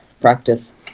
practice